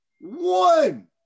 one